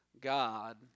God